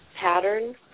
pattern